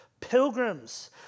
Pilgrims